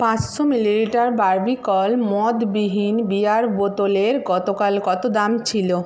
পাঁচশো millilitre Barbican মদবিহীন beer বোতলের গতকাল কত দাম ছিল